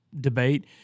debate